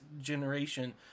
generation